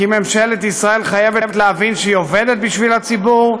כי ממשלת ישראל חייבת להבין שהיא עובדת בשביל הציבור,